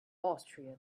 austria